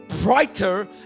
brighter